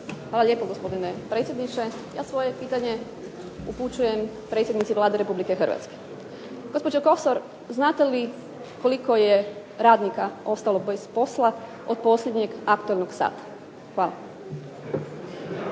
Hvala lijepo, gospodine predsjedniče. Ja svoje pitanje upućujem predsjednici Vlade Republike Hrvatske. Gospođo Kosor, znate li koliko je radnika ostalo bez posla od posljednjeg aktualnog sata? Hvala.